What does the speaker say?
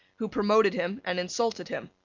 who promoted him and insulted him.